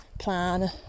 Plan